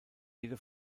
jede